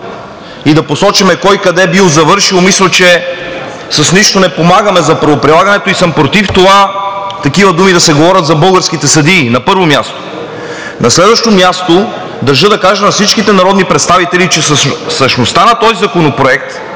и да посочваме кой къде бил завършил. Мисля, че с нищо не помагаме за правоприлагането и съм против това такива думи да се говорят за българските съдии – на първо място. На следващо място, държа да кажа на всички народни представители, че същността на този законопроект е